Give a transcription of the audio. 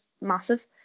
massive